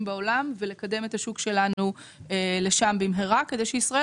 בעולם ולקדם את השוק שלנו לשם במהרה כדי שישראל